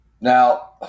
Now